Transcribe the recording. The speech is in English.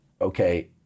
okay